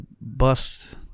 bust